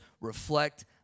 reflect